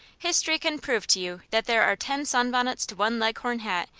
history can prove to you that there are ten sunbonnets to one leghorn hat,